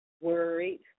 Worried